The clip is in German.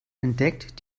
entdeckt